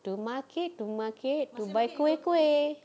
the market to market to buy kuih-kuih